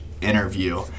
interview